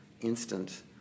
instant